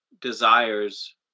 desires